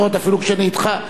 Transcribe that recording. אפילו כשאני אתך,